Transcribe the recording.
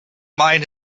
mine